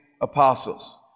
apostles